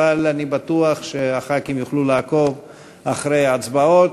אבל אני בטוח שחברי הכנסת יוכלו לעקוב אחרי ההצבעות.